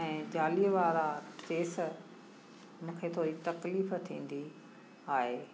ऐं जालीवारा खेस मूंखे थोरी तकलीफ़ु थींदी आहे